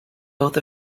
both